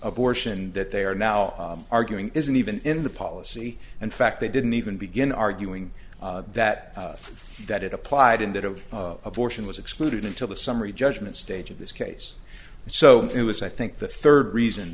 abortion that they are now arguing isn't even in the policy in fact they didn't even begin arguing that that it applied in that of abortion was excluded until the summary judgment stage of this case so it was i think the third reason